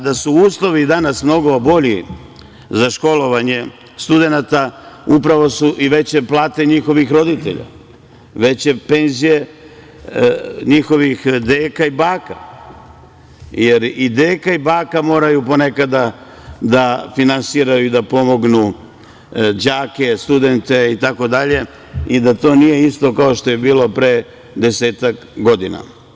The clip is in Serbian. Da su uslovi danas mnogo bolji za školovanje studenata, upravo su i veće plate njihovih roditelja, veće penzija njihovih deka i baka, jer i deka i baka moraju ponekada da finansiraju, da pomognu đake, studente itd. i to nije isto kao što je bilo pre 10-ak godina.